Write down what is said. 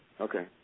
Okay